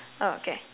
oh okay